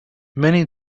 many